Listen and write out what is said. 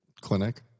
clinic